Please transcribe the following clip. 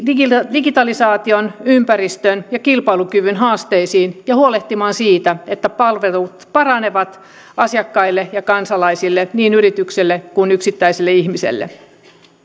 digitalisaation ympäristön ja kilpailukyvyn haasteisiin ja huolehtimaan siitä että palvelut paranevat asiakkaille ja kansalaisille niin yrityksille kuin yksittäisille ihmisille